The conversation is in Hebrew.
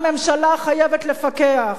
הממשלה חייבת לפקח